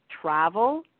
travel